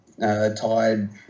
tired